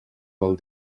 del